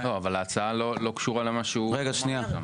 אבל ההצעה לא קשורה למה שהוא אומר עכשיו.